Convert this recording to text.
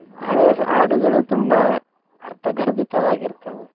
ಹಳೆ ಸ್ ಹಾಡುಗಳು ತುಂಬ ಅರ್ಥಗರ್ಭಿತವಾಗಿರ್ತವು